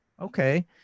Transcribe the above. Okay